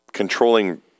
Controlling